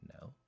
no